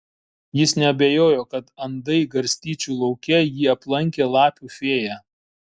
jis neabejojo kad andai garstyčių lauke jį aplankė lapių fėja